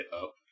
up